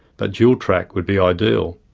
but dual track would be ideal.